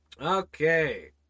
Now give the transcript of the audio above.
Okay